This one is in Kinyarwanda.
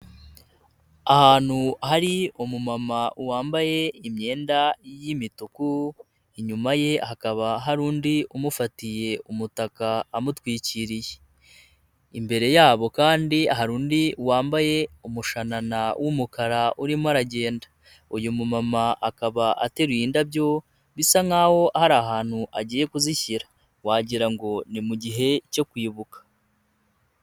Ahantu hari umumama wambaye imyenda y'imituku, inyuma ye hakaba hari undi umufatiye umutaka amutwikiriye, imbere yabo kandi hari undi wambaye umushanana w'umukara urimo aragenda, uyu mumama akaba ateruye indabyo bisa nkaho hari ahantu agiye kuzishyira wagira ngo ni mu gihe cyo kwibuka.